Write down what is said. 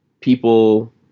people